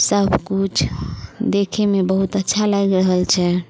सब किछु देखैमे बहुत अच्छा लागि रहल छै